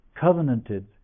covenanted